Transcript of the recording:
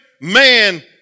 man